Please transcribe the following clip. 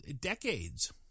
decades